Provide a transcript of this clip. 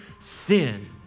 sin